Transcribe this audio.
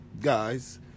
guys